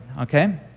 Okay